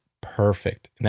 perfect